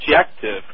objective